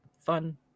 fun